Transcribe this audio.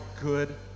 good